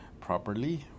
properly